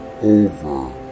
over